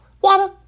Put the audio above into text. water